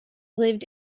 lived